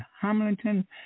Hamilton